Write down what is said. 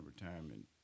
retirement